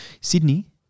Sydney